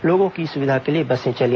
लोगों की सुविधा के लिए बसे चली